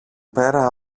πέρα